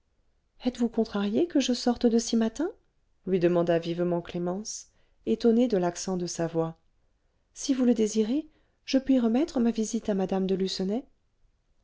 êtes-vous contrarié que je sorte de si matin lui demanda vivement clémence étonnée de l'accent de sa voix si vous le désirez je puis remettre ma visite à mme de